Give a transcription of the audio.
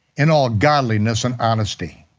in all godliness and honesty.